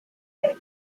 state